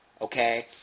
Okay